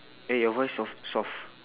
eh your voice soft soft